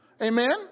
Amen